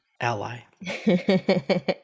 Ally